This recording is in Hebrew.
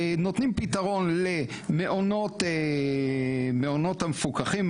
נותנים פתרון למעונות במעונות המפוקחים,